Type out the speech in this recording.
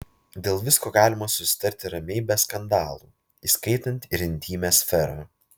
dėl visko galima susitarti ramiai be skandalų įskaitant ir intymią sferą